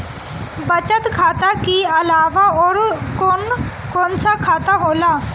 बचत खाता कि अलावा और कौन कौन सा खाता होला?